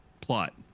plot